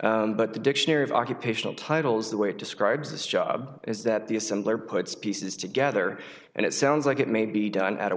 but the dictionary of occupational titles the way it describes this job is that the assembler puts pieces together and it sounds like it may be done at a